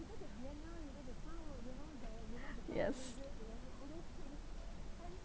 yes